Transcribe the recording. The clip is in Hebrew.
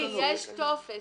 אדוני, יש טופס.